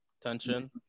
tension